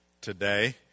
today